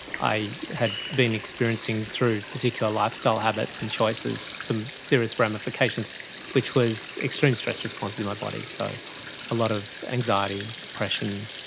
i had been experiencing through particular lifestyle habits and choices some serious ramifications which was extreme stress response in my body, so a lot of anxiety, depression,